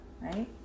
right